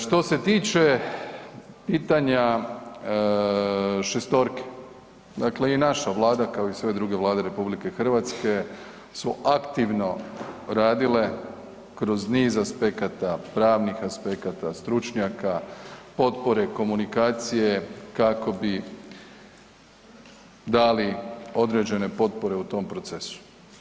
Što se tiče pitanja šestorke, dakle i naša vlada kao i sve druge Vlade RH su aktivno radile kroz niz aspekata, pravnih aspekata, stručnjaka, potpore, komunikacije, kako bi dali određene potpore u tom procesu.